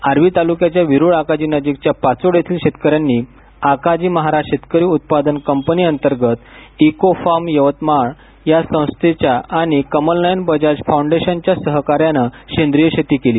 आर्वी तालुक्याच्या विरुळ आकाजी नजीकच्या पाचोड येथील शेतकऱ्यांनी आकाजी महाराज शेतकरी उत्पादक कंपनीअंतर्गत इको फार्म यवतमाळ या संस्थेच्या आणि कमलनयन जमनालाल बजाज फाऊंडेशनच्या सहकार्यानं सेंद्रिय शेती केली